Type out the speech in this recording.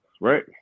right